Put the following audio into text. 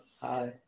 hi